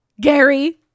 Gary